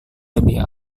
lebih